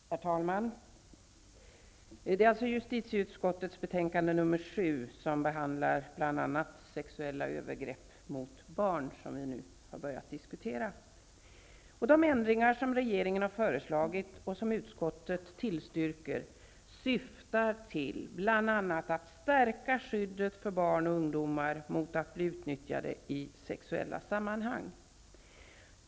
Herr talman! Det är justitieutskottets betänkande nr 7, som behandlar bl.a. sexuella övergrepp mot barn, som vi nu har börjat diskutera. De ändringar som regeringen har föreslagit, och som utskottet tillstyrker, syftar bl.a. till att stärka skyddet för barn och ungdomar mot att bli utnyttjade i sexuella sammanhang.